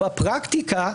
בפרקטיקה,